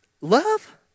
Love